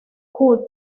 cut